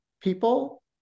people